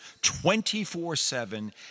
24-7